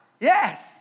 Yes